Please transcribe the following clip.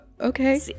Okay